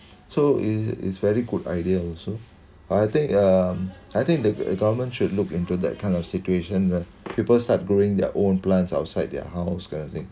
so it's it's very good idea also I think um I think the government should look into that kind of situation where people start growing their own plants outside their house kind of thing